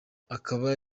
akaba